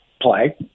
play